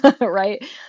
right